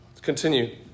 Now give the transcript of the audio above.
Continue